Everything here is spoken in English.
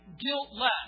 guiltless